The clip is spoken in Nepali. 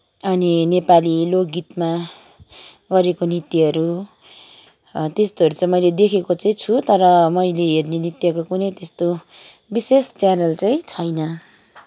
अनि नेपाली लोकगीतमा गरेको नृत्यहरू त्यस्तोहरू चाहिँ मैले देखेको चाहिँ छु तर मैले हर्ने नृत्यको कुनै त्यस्तो विशेष च्यानल चाहिँ छैन